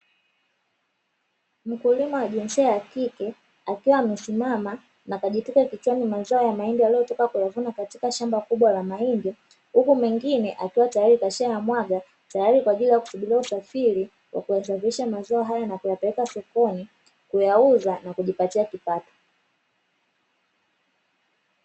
Mkulima wa jinsia ya kike akiwa amesimama na kajitwika kichwani mazao ya mahindi aliyotoka kuyavuna katika shamba kubwa la mahindi, huku mengine akiwa tayari kashayamwaga tayari kwa ajili ya kusubiria usafiri wa kuyasafirisha mazao hayo na kuyapeleka sokoni, kuyauza na kujipatia kipato.